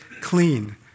clean